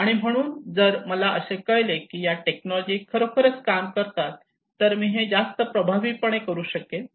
आणि म्हणून जर मला असे कळले की या टेक्नॉलॉजी खरोखर काम करतात तर मी हे जास्त प्रभावीपणे करू शकेल